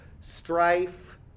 strife